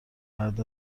بعد